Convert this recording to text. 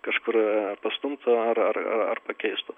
kažkur pastumtų ar ar ar pakeistų